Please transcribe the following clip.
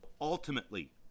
Ultimately